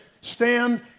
stand